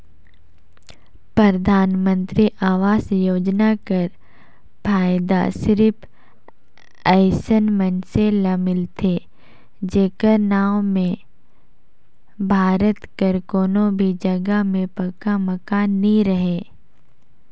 परधानमंतरी आवास योजना कर फएदा सिरिप अइसन मइनसे ल मिलथे जेकर नांव में भारत कर कोनो भी जगहा में पक्का मकान नी रहें